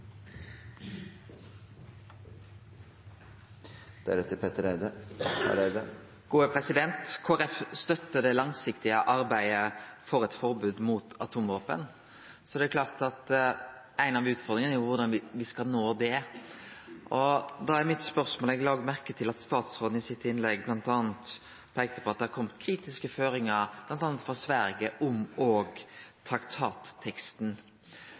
da heller ikke ønsker å ruste ned. Kristeleg Folkeparti støttar det langsiktige arbeidet for eit forbod mot atomvåpen. Så er det klart at ei av utfordringane er korleis me skal nå det. Eg la merke til at statsråden i innlegget sitt peikte på at det har kome kritiske føringar bl.a. frå Sverige om traktatteksten.